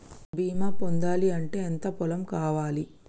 బీమా పొందాలి అంటే ఎంత పొలం కావాలి?